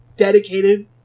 Dedicated